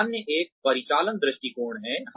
फिर अन्य एक परिचालन दृष्टिकोण है